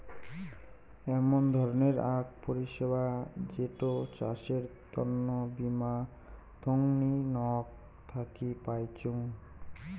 এমন ধরণের আক পরিষেবা যেটো চাষের তন্ন বীমা থোঙনি নক থাকি পাইচুঙ